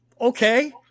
Okay